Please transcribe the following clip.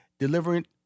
delivering